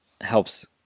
helps